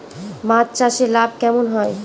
মাছ চাষে লাভ কেমন হয়?